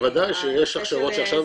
בוודאי שיש הכשרות שעכשיו,